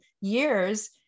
years